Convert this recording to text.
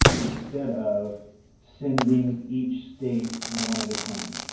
instead of sending each state one at a time.